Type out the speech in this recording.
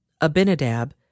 Abinadab